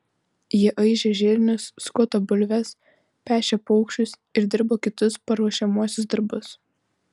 jie aižė žirnius skuto bulves pešė paukščius ir dirbo kitus paruošiamuosius darbus